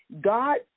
God